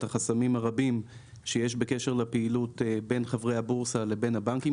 החסמים הרבים שיש בקשר לפעילות בין חברי הבורסה לבין הבנקים.